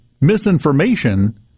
misinformation